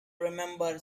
remember